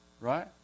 right